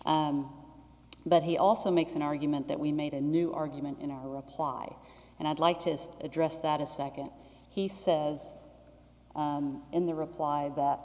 e but he also makes an argument that we made a new argument in our reply and i'd like to address that a second he said in the reply